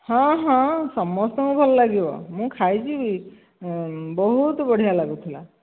ହଁ ହଁ ସମସ୍ତଙ୍କୁ ଭଲ ଲାଗିବ ମୁଁ ଖାଇଛି ବହୁତ ବଢ଼ିଆ ଲାଗୁଥିଲା